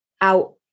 out